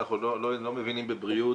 אנחנו לא מבינים בבריאות,